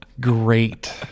Great